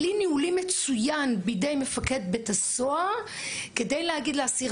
כלי ניהולי מצוין בידי מפקד בית הסוהר כדי להגיד לאסיר,